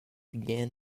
began